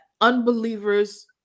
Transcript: unbelievers